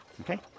Okay